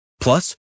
Plus